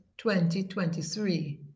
2023